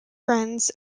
friends